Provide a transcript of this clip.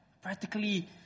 practically